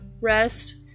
rest